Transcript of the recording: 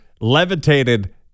levitated